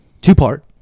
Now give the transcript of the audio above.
Two-part